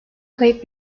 kayıp